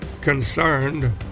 concerned